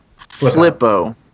Flippo